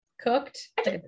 cooked